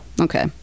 Okay